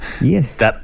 Yes